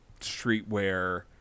streetwear